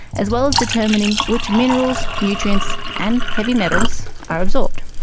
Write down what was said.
as well as determining which minerals, nutrients and heavy metals are absorbed.